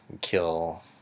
kill